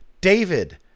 David